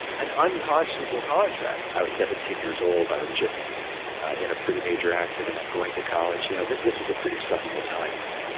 an unconscionable contract i was seventeen years old. i was just in a pretty major accident. i'm going to college. you know, this was a pretty stressful time.